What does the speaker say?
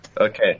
Okay